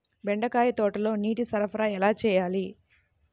బెండకాయ తోటలో నీటి సరఫరా ఎలా చేయాలి?